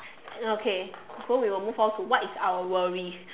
okay so we will move on to what is our worries